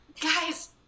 Guys